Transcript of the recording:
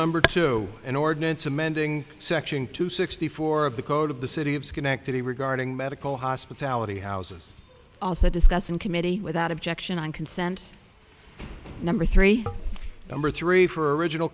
number two an ordinance amending section two sixty four of the code of the city of schenectady regarding medical hospitality houses also discussed in committee without objection on consent number three number three for original